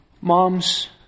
Moms